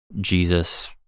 Jesus